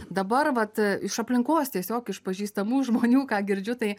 dabar vat iš aplinkos tiesiog iš pažįstamų žmonių ką girdžiu tai